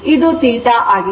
ಇದು θ ಆಗಿದೆ